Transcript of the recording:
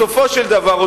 בסופו של דבר,